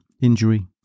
injury